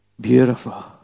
beautiful